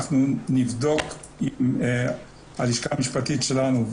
אנחנו נבדוק עם הלשכה המשפטית שלנו,